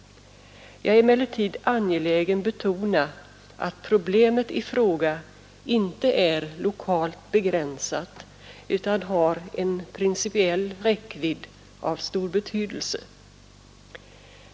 Jag är emellertid angelägen betona att problemet i fråga inte är lokalt begränsat utan har en principiell räckvidd av stor betydelse.